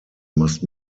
must